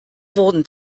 wurden